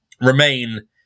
remain